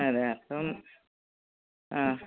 അതെയോ അപ്പം ആ